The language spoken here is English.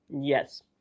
Yes